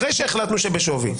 אחרי שהחלטנו שבשווי.